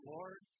Lord